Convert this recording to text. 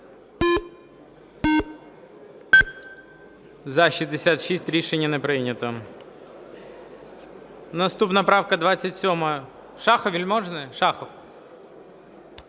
За-66 Рішення не прийнято. Наступна правка 27. Шахов, Вельможний? Шахов.